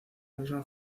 misma